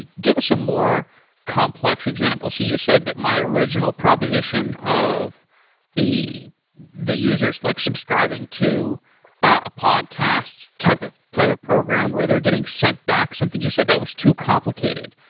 give us some more complex examples. you you said that my original proposition of the the users, like subscribing to a podcast type of type of program where they're getting sent back something. you said that was too complicated.